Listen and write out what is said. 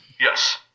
Yes